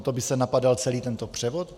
To by se napadal celý tento převod?